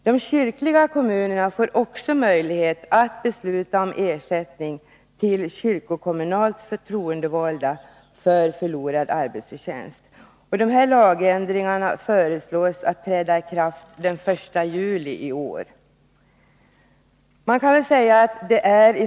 De kyrkliga kommunerna får också möjlighet att besluta om ersättning till kyrkokommunalt förtroendevalda för förlorad arbetsförtjänst.